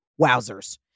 wowzers